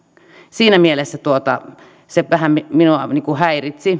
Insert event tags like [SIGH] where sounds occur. siinä mielessä [UNINTELLIGIBLE] [UNINTELLIGIBLE] se vähän minua häiritsi [UNINTELLIGIBLE]